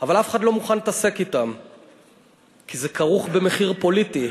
אבל אף אחד לא מוכן להתעסק אתם כי זה כרוך במחיר פוליטי.